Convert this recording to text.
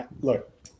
look